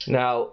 now